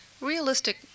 Realistic